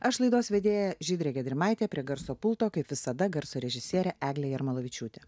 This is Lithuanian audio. aš laidos vedėja žydrė gedrimaitė prie garso pulto kaip visada garso režisierė eglė jarmalavičiūtė